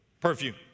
perfume